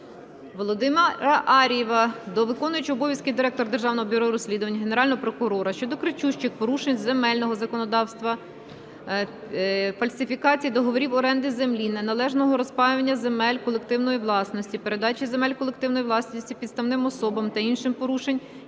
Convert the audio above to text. Володимира Ар'єва до виконувача обов'язків директора Державного бюро розслідувань, Генерального прокурора щодо кричущих порушень земельного законодавства, фальсифікації договорів оренди землі, неналежного розпаювання земель колективної власності, передачі земель колективної власності підставним особам та інших порушень,